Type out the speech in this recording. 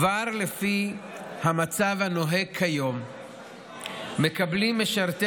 כבר לפי המצב הנוהג כיום מקבלים משרתי